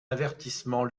avertissement